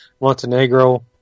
Montenegro